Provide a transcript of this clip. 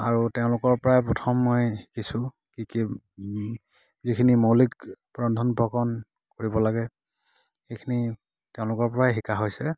আৰু তেওঁলোকৰ পৰাই প্ৰথম মই শিকিছোঁ কি কি যিখিনি মৌলিক ৰন্ধন প্ৰকৰণ কৰিব লাগে সেইখিনি তেওঁলোকৰ পৰাই শিকা হৈছে